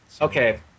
Okay